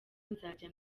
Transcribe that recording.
nzajya